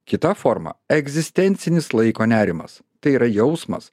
kita forma egzistencinis laiko nerimas tai yra jausmas